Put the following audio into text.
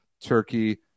Turkey